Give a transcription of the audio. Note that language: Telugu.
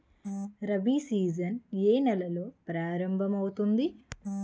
రబి సీజన్ ఏ నెలలో ప్రారంభమౌతుంది?